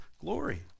glory